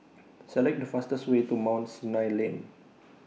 Select The fastest Way to Mount Sinai Lane